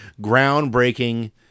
Groundbreaking